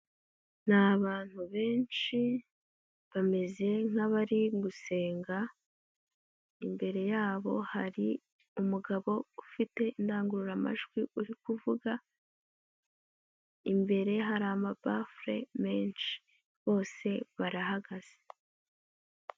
Ni abantu benshi bameze nk'abari gusenga, imbere yabo hari umugabo ufite indangururamajwi uri kuvuga, imbere hari amabafure menshi, bose barahagaze.